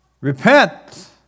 Repent